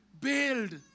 build